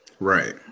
right